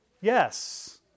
Yes